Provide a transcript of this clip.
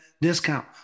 discount